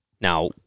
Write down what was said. Now